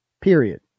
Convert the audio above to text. period